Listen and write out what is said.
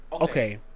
okay